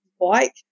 bike